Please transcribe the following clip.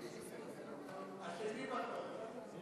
השני בתור.